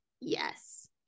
Yes